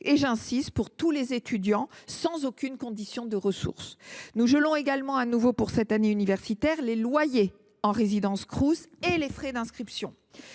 euros pour tous les autres étudiants, sans condition de ressources. Nous gelons également de nouveau pour cette année universitaire les loyers en résidence Crous et les frais d’inscription.